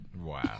Wow